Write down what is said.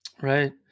right